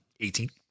18